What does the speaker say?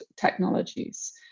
technologies